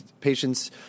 patients